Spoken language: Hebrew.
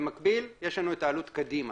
במקביל, יש לנו את העלות קדימה.